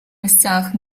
місцях